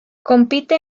compite